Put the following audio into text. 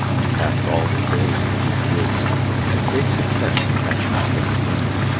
he passed all his days in the deep woods where he had great success in catching and killing game.